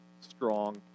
strong